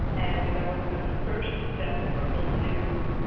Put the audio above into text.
and that was the first step for me to